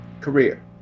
career